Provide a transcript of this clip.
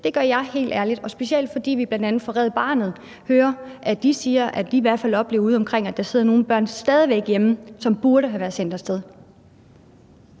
Det gør jeg helt ærligt, og særlig fordi vi bl.a. hører Red Barnet sige, at de oplever, at der udeomkring stadig væk sidder nogle børn hjemme, som burde have været sendt af sted.